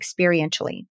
experientially